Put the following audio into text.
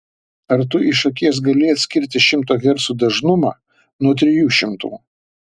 ar tu iš akies gali atskirti šimto hercų dažnumą nuo trijų šimtų